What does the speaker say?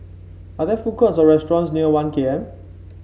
are there food courts or restaurants near One K M